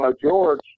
George